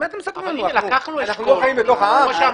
מה אתם מספרים לנו, אנחנו לא חיים בתוך העם?